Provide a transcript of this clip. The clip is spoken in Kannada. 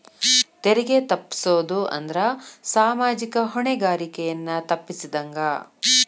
ತೆರಿಗೆ ತಪ್ಪಸೊದ್ ಅಂದ್ರ ಸಾಮಾಜಿಕ ಹೊಣೆಗಾರಿಕೆಯನ್ನ ತಪ್ಪಸಿದಂಗ